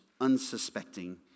unsuspecting